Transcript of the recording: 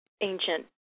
ancient